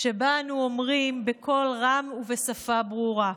שבה אנחנו אומרים בקול רם ובשפה ברורה: